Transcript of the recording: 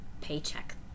paycheck